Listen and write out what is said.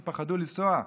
זה לפני ז'